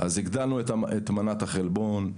הגדלנו את מנת החלבון.